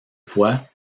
fois